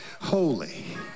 holy